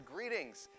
Greetings